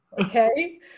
okay